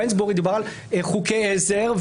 בוונסברי דובר על חוקי עזר,